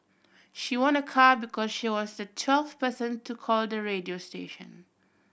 she won a car because she was the twelfth person to call the radio station